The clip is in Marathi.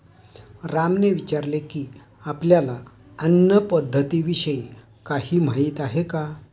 रामने विचारले की, आपल्याला अन्न पद्धतीविषयी काही माहित आहे का?